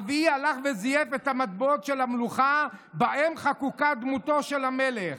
הרביעי הלך וזייף את המטבעות של המלוכה שבהם חקוקה דמותו של המלך.